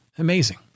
Amazing